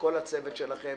ולכל הצוות שלכם,